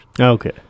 Okay